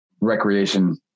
recreation